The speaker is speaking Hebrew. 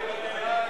מי נגד?